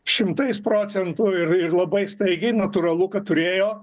šimtais procentų ir ir labai staigiai natūralu kad turėjo